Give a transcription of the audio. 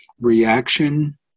reaction